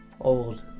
old